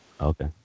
Okay